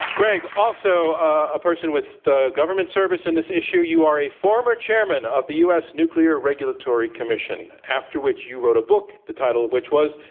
greg, also a person with the government service in this issue. you are a former chairman of the u. s. nuclear regulatory commission, after which you wrote a book, the title of which was,